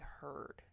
heard